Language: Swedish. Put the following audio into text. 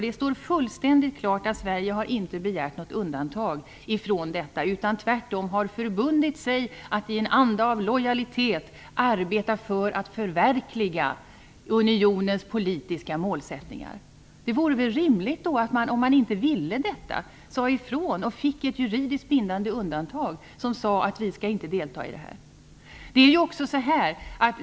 Det står nämligen fullständigt klart att Sverige inte har begärt undantag från detta utan tvärtom förbundit sig att i en anda av lojalitet arbeta för ett förverkligande av unionens politiska målsättningar. Om man inte ville detta, vore det rimligt att säga ifrån och att få ett juridiskt bindande undantag som sade att vi inte skall delta i det här.